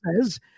says